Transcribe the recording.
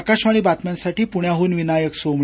आकाशवाणी बातम्यासाठी पुण्याहन विनायक सोमणी